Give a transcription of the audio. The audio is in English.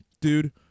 Dude